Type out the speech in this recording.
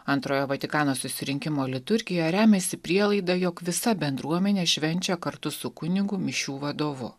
antrojo vatikano susirinkimo liturgija remiasi prielaida jog visa bendruomenė švenčia kartu su kunigu mišių vadovu